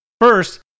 first